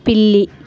పిల్లి